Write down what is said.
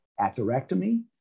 atherectomy